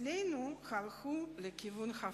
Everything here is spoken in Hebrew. אצלנו הלכו בכיוון הפוך.